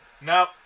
No